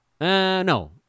No